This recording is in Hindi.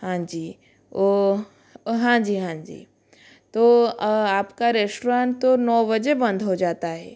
हाँजी ओ हाँजी हाँजी तो आपका रेश्ट्रान तो नौ बजे बंद हो जाता हे